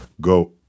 go